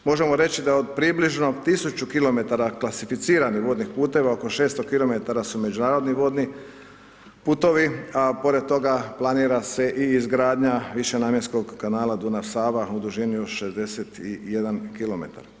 Možemo reći da od približno 1000km klasificiranih vodnih puteva oko 600km su međunarodni vodni putovi a pored toga planira se i izgradnja višenamjenskog kanala Dunav-Sava u dužni od 61km.